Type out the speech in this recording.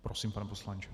Prosím, pane poslanče.